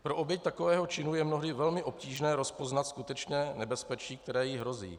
Pro oběť takového činu je mnohdy velmi obtížné rozpoznat skutečné nebezpečí, které jí hrozí.